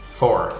four